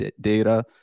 data